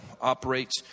operates